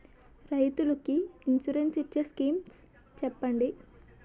రైతులు కి ఇన్సురెన్స్ ఇచ్చే స్కీమ్స్ చెప్పండి?